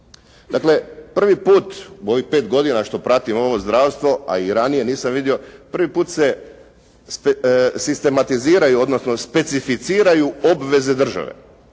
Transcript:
Dakle, prvi put u ovim 5 godina što pratim ovo zdravstvo, a i ranije nisam vidio. Prvi puta se sistematiziraju, odnosno specificiraju obveze države.